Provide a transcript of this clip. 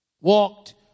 Walked